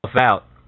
out